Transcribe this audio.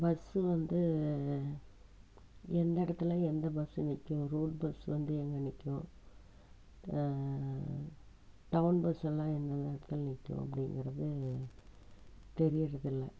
bus வந்து எந்தெடத்தில் எந்த பஸ்ஸு நிற்கும் ரூட் பஸ்ஸு வந்து எங்கே நிற்கும் டவுன் பஸ் எல்லாம் எந்த இடத்துல நிற்கும் அப்டிங்கிறது அது தெரியறதுல்ல